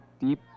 deep